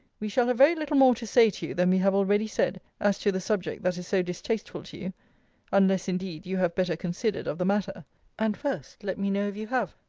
we shall have very little more to say to you than we have already said, as to the subject that is so distasteful to you unless, indeed, you have better considered of the matter and first let me know if you have?